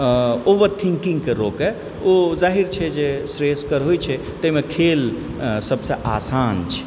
over थिंकिंगके रोकै ओ जाहिर छै जे श्रेयस्कर होइ छै ताहिमे खेल सबसं आसान छै